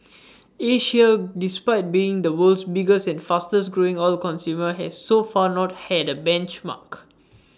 Asia despite being the world's biggest and fastest growing oil consumer has so far not had A benchmark